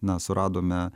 na suradome